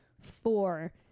four